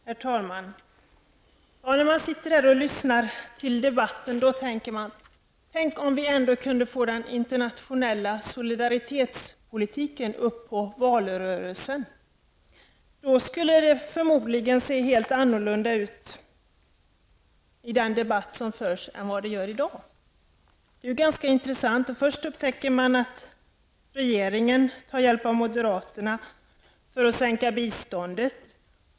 Herr talman! När jag har suttit här och lyssnat på debatten har jag gjort följande reflexion: Tänk om man kunde få upp den internationella solidaritetspolitiken i valrörelsen! Då skulle debatten förmodligen se helt annorlunda ut än i dag. Debatten har haft ett ganska intressant förlopp. Först tar regeringen hjälp av moderaterna för att sänka biståndet.